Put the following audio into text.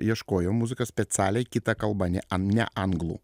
ieškojo muziką specialiai kita kalba ne ne anglų